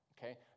okay